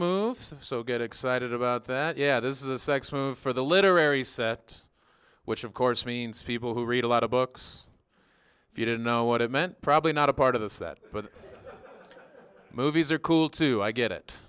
moves so get excited about that yeah this is a sex move for the literary set which of course means people who read a lot of books if you didn't know what it meant probably not a part of the set but movies are cool too i get it